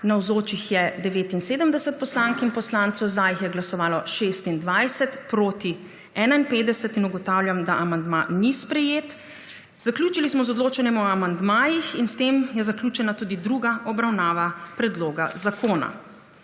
Navzočih je 79 poslank in poslancev, za je glasovalo 26, proti 51. (Za je glasovalo 26.)(Proti 51.) Ugotavljam, da amandma ni sprejet. Zaključili smo z odločanjem o amandmajih in s tem je zaključena tudi druga obravnava predloga zakona.